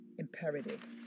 imperative